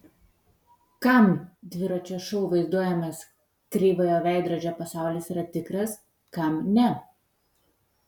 kam dviračio šou vaizduojamas kreivojo veidrodžio pasaulis yra tikras kam ne